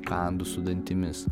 kandu su dantimis